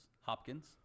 Hopkins